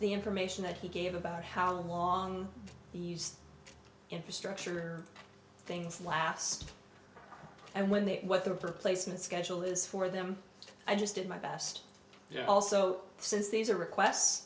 the information that he gave about how long he used infrastructure things last and when they what their placement schedule is for them i just did my best also since these are requests